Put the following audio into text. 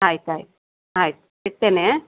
ಆಯ್ತು ಆಯ್ತು ಆಯ್ತು ಇಡ್ತೇನೆ